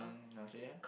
okay